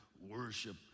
worship